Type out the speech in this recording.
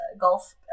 golf